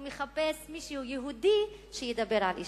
הוא מחפש מישהו יהודי שידבר על אי-שוויון.